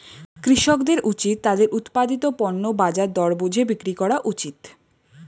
কৃষকদের উচিত তাদের উৎপাদিত পণ্য বাজার দর বুঝে বিক্রি করা উচিত